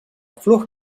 flor